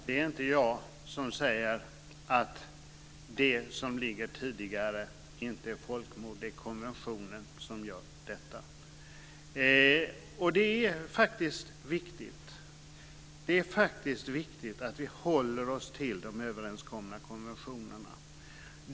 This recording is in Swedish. Fru talman! Det är inte jag som säger att det som ligger tidigare inte är folkmord. Det är konventionen som gör detta. Det är faktiskt viktigt att vi håller oss till de överenskomna konventionerna.